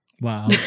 Wow